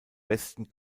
westen